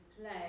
play